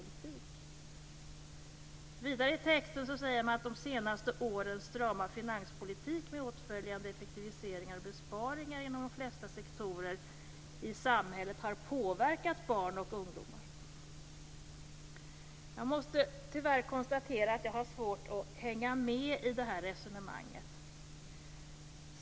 Vidare i texten säger man att de senaste årens strama finanspolitik med åtföljande effektiviseringar och besparingar inom de flesta sektorer i samhället har påverkat barn och ungdomar. Jag måste tyvärr konstatera att jag har svårt att hänga med i det resonemanget.